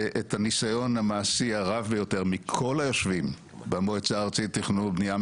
את הניסיון המעשי הרב ביותר מכל היושבים במועצה הארצית לתכנון ובנייה,